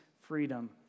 freedom